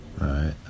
right